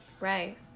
right